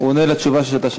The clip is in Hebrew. הוא עונה על השאלה ששאלת.